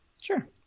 Sure